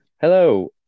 Hello